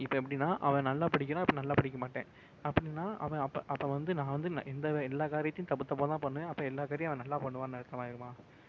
இப்போ எப்படின்னா அவன் நல்லாப் படிக்கிறான் இப்போ நல்லாப் படிக்க மாட்டேன் அப்படின்னா அவன் அப் அப்போ வந்து நான் வந்து எந்த எல்லா காரியத்தையும் தப்புத் தப்பாக தான் பண்ணுவேன் அப்போ எல்லாக் காரியமும் அவன் நல்லாப் பண்ணுவான்னு அர்த்தம் ஆயிடுமா